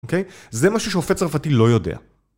אוקיי? זה משהו שאופה צרפתי לא יודע.